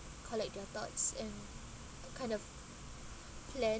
collect your thoughts and kind of plan